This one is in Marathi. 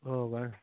हो काय